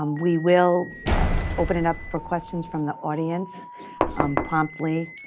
um we will open it up for questions from the audience promptly